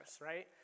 right